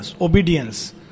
Obedience